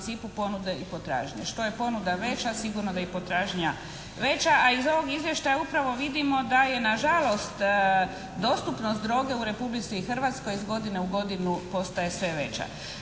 ponude i potražnje. Što je ponuda veća, sigurno da je i potražnja veća a iz ovog izvješća upravo vidimo da je nažalost dostupnost droge u Republici Hrvatskoj iz godine u godinu postaje sve veća.